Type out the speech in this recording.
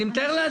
אני מתאר לעצמי.